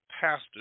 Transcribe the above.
Pastor